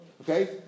Okay